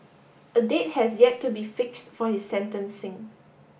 a date has yet to be fixed for his sentencing